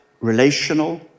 relational